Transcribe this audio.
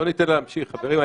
בואו ניתן לה להמשיך, חברים.